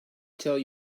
tell